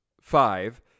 five